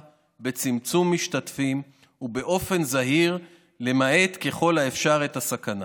בצמצום משתתפים ובאופן זהיר למעט ככל האפשר את הסכנה,